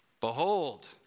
Behold